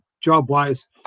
job-wise